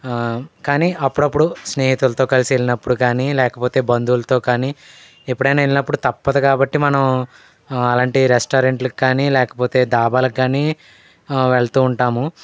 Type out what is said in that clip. కానీ అప్పుడప్పుడు స్నేహితులతో కలిసి వెళ్ళినప్పుడు కానీ లేకపోతే బంధువులతో కానీ ఎప్పుడైనా వెళ్ళినప్పుడు తప్పదు కాబట్టి మనం అలాంటి రెస్టారెంట్లకి కానీ లేకపోతే డాబాలకి కాని వెళ్తూ ఉంటాము